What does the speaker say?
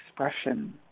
expression